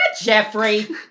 Jeffrey